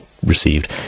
received